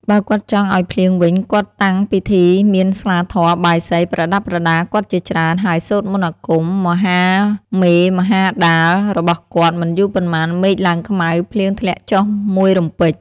បើគាត់ចង់ឲ្យភ្លៀងវិញ គាត់តាំងពិធីមានស្លាធម៌ បាយសី ប្រដាប់ប្រដាគាត់ជាច្រើន ហើយសូត្រមន្តអាគម (មហាមេមហាដាល)របស់គាត់ មិនយូរប៉ុន្មានមេឃឡើងខ្មៅ ភ្លៀងធ្លាក់ចុះមួយរំពេច។